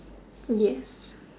yes